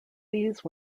these